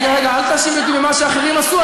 רגע, רגע, אל תאשימי אותי במה שאחרים עשו.